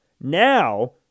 Now